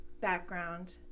background